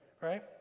right